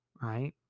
right